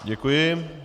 Děkuji.